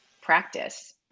practice